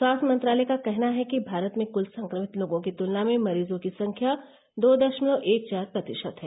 स्वास्थ्य मंत्रालय का कहना है कि भारत में क्ल संक्रमित लोगों की तुलना में मरीजों की संख्या दो दशमलव एक चार प्रतिशत है